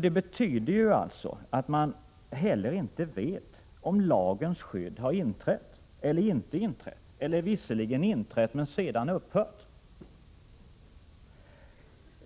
Det betyder att man heller inte vet om lagens skydd inträtt eller inte inträtt eller visserligen inträtt men sedan upphört.